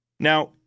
Now